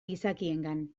gizakiengan